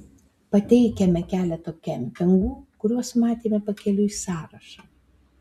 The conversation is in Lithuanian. pateikiame keleto kempingų kuriuos matėme pakeliui sąrašą